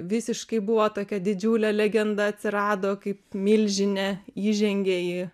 visiškai buvo tokia didžiulė legenda atsirado kaip milžinė įžengė į